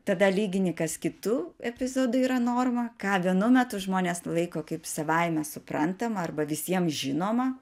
tada lygini kas kitu epizodu yra norma ką vienu metu žmonės laiko kaip savaime suprantamą arba visiem žinomą